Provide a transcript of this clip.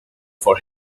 for